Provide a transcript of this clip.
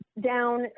down